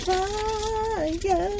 Fire